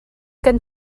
kan